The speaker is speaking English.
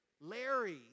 Larry